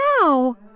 now